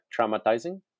traumatizing